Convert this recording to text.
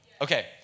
Okay